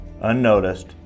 unnoticed